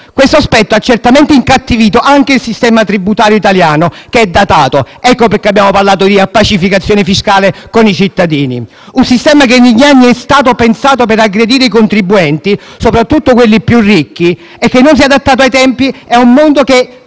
Questo aspetto ha certamente incattivito anche il sistema tributario italiano, che è datato - ecco perché abbiamo parlato di riappacificazione fiscale con i cittadini - che negli anni è stato pensato per aggredire i contribuenti, soprattutto quelli più ricchi, e che non si è adattato tempi a ad un mondo che